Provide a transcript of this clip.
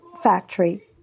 factory